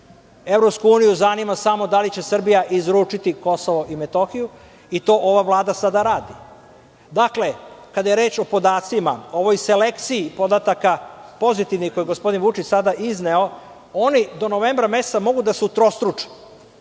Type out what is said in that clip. Evropsku uniju zanima samo da li će Srbija izručiti Kosovo i Metohiju i to ova vlada sada radi. Dakle, kada je reč o podacima, o ovoj selekciji podataka, pozitivnih, koje je gospodin Vučić sada izneo, oni do novembra meseca mogu da se utrostruče,